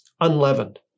unleavened